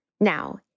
Now